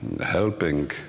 helping